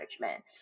management